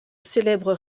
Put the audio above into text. célèbres